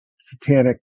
satanic